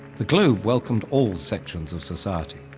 the globe welcomed all sections of society.